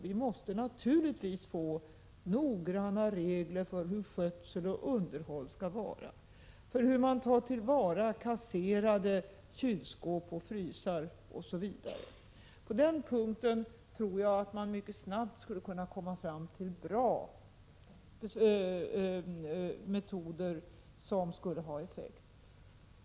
Vi måste naturligtvis få noggranna regler för hur skötsel och underhåll skall vara, för hur man tar till vara kasserade kyloch frysskåp osv. På den punkten tror jag att man mycket snabbt skulle kunna komma fram till bra metoder som skulle ha effekt.